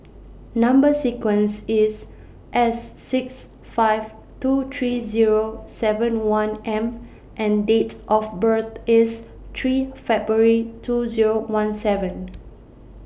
Number sequence IS S six five two three Zero seven one M and Date of birth IS three February two Zero one seven